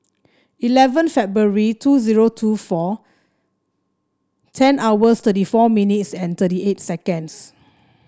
eleven February two zero two four ten hours thirty four minutes and thirty eight seconds